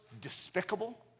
despicable